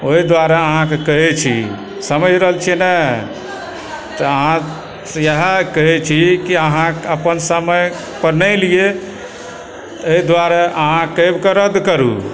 ओहि दुआरे अहाँकेँ कहय छी समझि रहल छियै नऽ तऽ अहाँसँ इएह कहै छी कि अहाँ अपन समय पर नहि एलियै एहि दुआरे अहाँ कैबकऽ रद्द करु